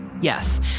yes